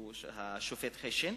השופט חשין,